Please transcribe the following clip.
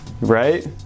right